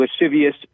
lascivious